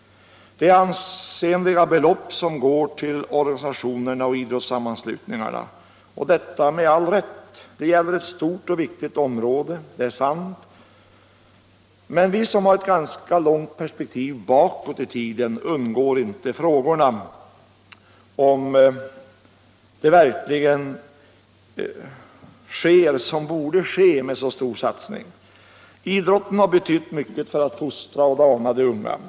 Det är ansenliga belopp som går till idrottsorganisationer och sammanslutningar. Och det är riktigt. Det gäller ett stort och viktigt område, det är sant. Vi som har ett ganska långt perspektiv bakåt i tiden undgår emellertid inte frågan om verkligen det sker som borde ske med en så stor satsning. Idrotten har betytt mycket för att fostra och dana de unga.